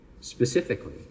Specifically